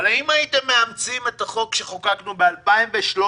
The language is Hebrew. אבל האם הייתם מאמצים את החוק שחוקקנו ב-2013,